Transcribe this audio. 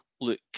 look